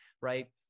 right